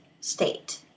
state